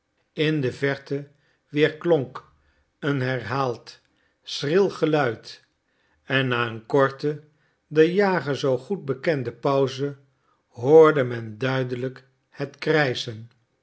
in de verte weerklonk een herhaald schril geluid en na een korte den jager zoo goed bekende pauze hoorde men duidelijk het krijschen